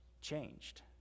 changed